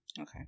okay